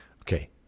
Okay